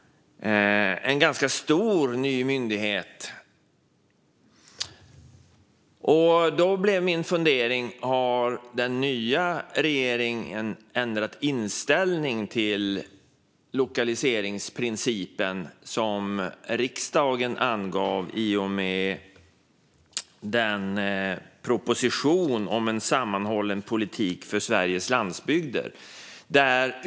Det här är en ganska stor ny myndighet, och det fick mig att fundera över om den nya regeringen har ändrat inställning till den lokaliseringsprincip som riksdagen angav i och med att propositionen om en sammanhållen politik för Sveriges landsbygder behandlades.